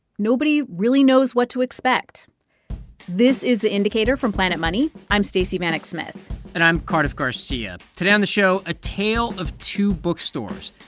nobody really knows what to expect this is the indicator from planet money. i'm stacey vanek smith and i'm cardiff garcia. today on the show a tale of two bookstores.